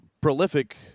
prolific